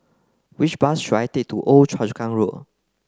which bus should I take to Old Choa Chu Kang Road